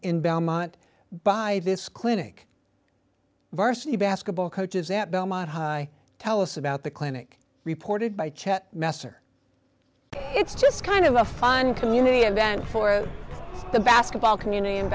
in belmont by this clinic varsity basketball coaches at belmont high tell us about the clinic reported by chet master it's just kind of a fun community event for the basketball community